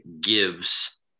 gives